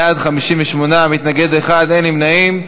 בעד, 58, מתנגד אחד, אין נמנעים.